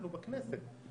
אנחנו בכנסת.